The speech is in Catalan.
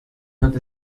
tot